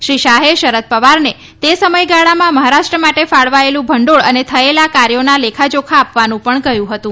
શ્રી શાહે શરદ પવારને તે સમયગાળામાં મહારાષ્ટ્ર માટે ફાળવાયેલું ભંડીળ અને થયેલા કાર્યોનો લેખાજાખા આપવાનું પણ કહ્યું હતું